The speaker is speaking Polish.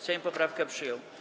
Sejm poprawkę przyjął.